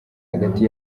hagati